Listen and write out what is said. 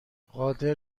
قادر